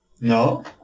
No